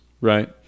right